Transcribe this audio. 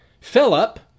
Philip